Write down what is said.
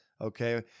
okay